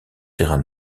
terrain